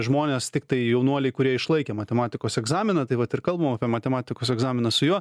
žmonės tiktai jaunuoliai kurie išlaikė matematikos egzaminą tai vat ir kalbam apie matematikos egzaminą su juo